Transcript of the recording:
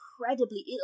incredibly